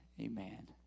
Amen